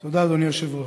תודה, אדוני היושב-ראש.